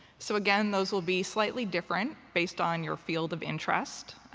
so again, those will be slightly different based on your field of interest.